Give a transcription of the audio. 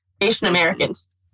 Asian-Americans